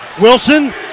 Wilson